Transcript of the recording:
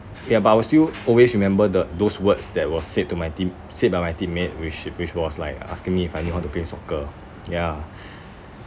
ya but I will still always remember the those words that was said to my team said by my teammate which which was like asking me if I knew how to play soccer yeah